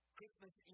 Christmas